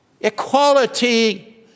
equality